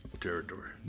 territory